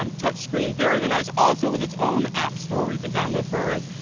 um touch screen very, very nice. also with its own app store, where you can download programs.